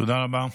תודה רבה.